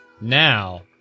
Now